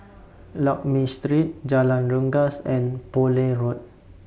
Lakme Street Jalan Rengas and Poole Road